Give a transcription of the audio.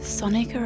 Sonic